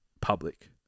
public